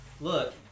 look